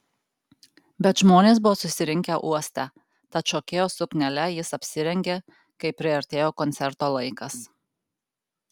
bet žmonės buvo susirinkę uoste tad šokėjos suknele jis apsirengė kai priartėjo koncerto laikas